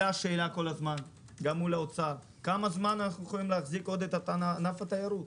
השאלה גם מול האוצר כמה אנחנו יכולים להחזיק עוד את ענף התיירות?